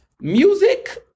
Music